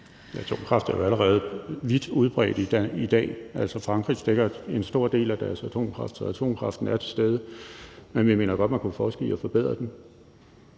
Atomkraft er jo allerede vidt udbredt i dag. Atomkraft dækker en stor del af energibehovet i Frankrig, så atomkraften er til stede, men vi mener godt, man kunne forske i at forbedre den.